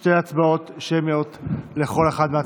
שתי הצבעות שמיות לכל אחד מהצדדים.